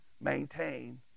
maintain